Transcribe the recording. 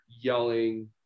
yelling